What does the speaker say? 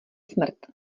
smrt